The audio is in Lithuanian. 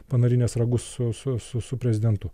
panarinęs ragus su su su su prezidentu